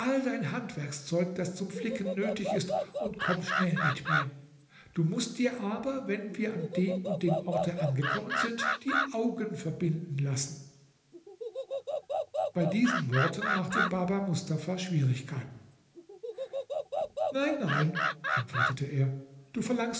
dein handwerkszeug das zum flicken nötig ist und komm schnell mit mir du mußt dir aber wenn wir an dem und dem orte angekommen sind die augen verbinden lassen bei diesen worten machte baba mustafa schwierigkeiten nein nein antwortete er du verlangst